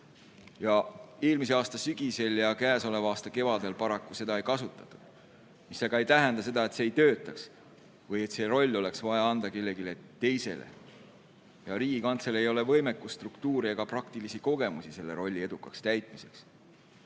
Eelmise aasta sügisel ja käesoleva aasta kevadel paraku seda ei kasutatud. See aga ei tähenda, et see ei toimiks või et see roll oleks vaja anda kellelegi teisele. Riigikantseleil ei ole võimekust, struktuuri ega praktilisi kogemusi selle rolli edukaks täitmiseks